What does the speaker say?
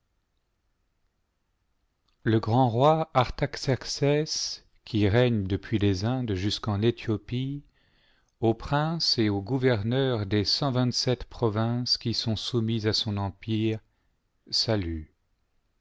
le grand roi artaxercès qui règm depuis les indes jusqu'en ethiopie aux princes et aux gouverneurs des cent vingt-sept provinces qui sont soumises à son empire salut